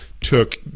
took